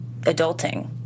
adulting